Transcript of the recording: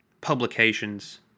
publications